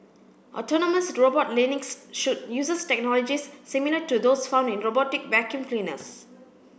autonomous robot Lynx should uses technology similar to those found in robotic vacuum cleaners